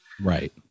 right